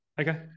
Okay